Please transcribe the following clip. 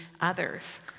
others